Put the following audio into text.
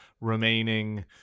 remaining